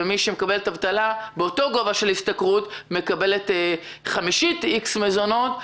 ואילו אחרת שמקבלת אבטלה באותו גובה של השתכרות מקבלת חמישית X מזונות.